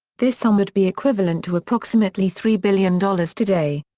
this sum would be equivalent to approximately three billion dollars today.